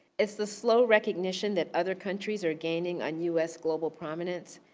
it's the slow recognition that other countries are gaining on u s. global prominence.